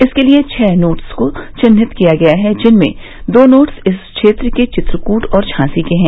इसके लिये छह नोड्स को चिन्हित किया गया है जिनमें दो नोड्स इस क्षेत्र के चित्रकूट और झांसी हैं